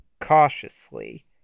Cautiously